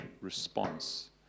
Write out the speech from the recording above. response